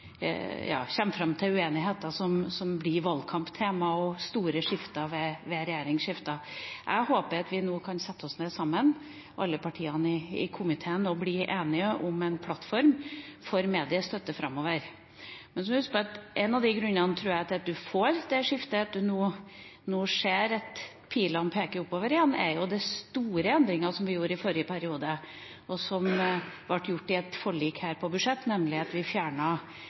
uenigheter som blir valgkamptema, og som fører til store skifter ved regjeringsskifter. Jeg håper at vi nå kan sette oss ned sammen, alle partiene i komiteen, og bli enige om en plattform for mediestøtten framover. Så må vi huske på at én av grunnene til at man har fått det skiftet, og til at man nå kan se at pilene peker oppover igjen, tror jeg er den store endringen som vi gjorde i forrige periode, og som ble gjort i et budsjettforlik, nemlig at vi fjernet momsen på